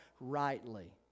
rightly